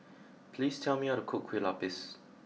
please tell me how to cook Kue Lupis